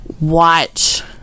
watch